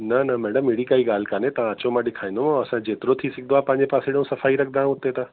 न न मैडम अहिड़ी काई ॻाल्हि कोन्हे तव्हां अचो मां ॾैखारींदोमाव असां जेतिरो थी सघंदो आहे पंहिंजे पासे ॾियूं सफ़ाई रखंदा आहियूं हुते त